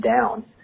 down